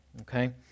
okay